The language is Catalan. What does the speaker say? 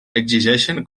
exigeixen